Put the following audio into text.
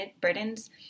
burdens